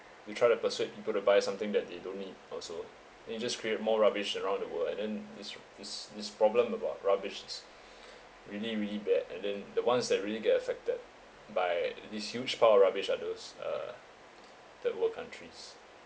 you try to persuade people to buy something that they don't need also and you just create more rubbish around the world and then is is this problem about rubbish it's really really bad and then the ones that really get affected by this huge part of rubbish are those uh third world countries